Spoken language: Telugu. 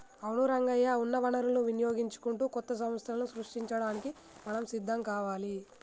అవును రంగయ్య ఉన్న వనరులను వినియోగించుకుంటూ కొత్త సంస్థలను సృష్టించడానికి మనం సిద్ధం కావాలి